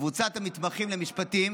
קבוצת המתמחים למשפטים